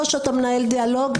או שאתה מנהל דיאלוג,